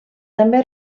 també